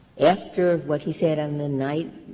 after what he said on the night,